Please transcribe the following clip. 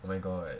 oh my god